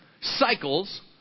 cycles